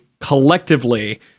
collectively